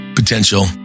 potential